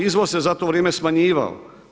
Izvoz se za to vrijeme smanjivao.